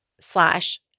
slash